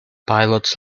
pilots